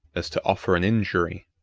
as to offer an injury.